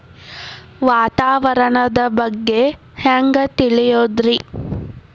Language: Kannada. ವಾತಾವರಣದ ಬಗ್ಗೆ ಹ್ಯಾಂಗ್ ತಿಳಿಯೋದ್ರಿ?